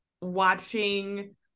watching